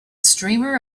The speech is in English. streamer